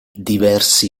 diversi